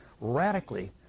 radically